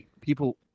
people